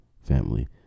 family